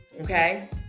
Okay